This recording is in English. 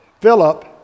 Philip